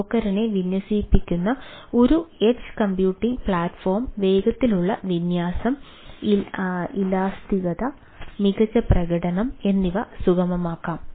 ഡോക്കറിനെ വിന്യസിക്കുന്നതിനുള്ള ഒരു edge computing platform വേഗത്തിലുള്ള വിന്യാസം ഇലാസ്തികത മികച്ച പ്രകടനം എന്നിവ സുഗമമാക്കാം